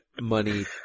money